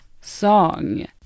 song